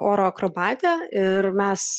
oro akrobatė ir mes